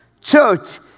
Church